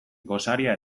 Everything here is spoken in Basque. gosaria